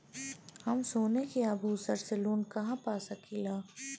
हम सोने के आभूषण से लोन कहा पा सकीला?